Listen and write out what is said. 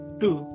two